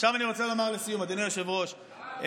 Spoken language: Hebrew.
נרדף למושחת.